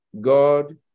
God